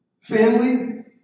Family